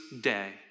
day